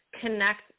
connect